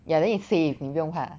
ya then it 碎你不用怕